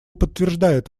подтверждает